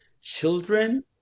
Children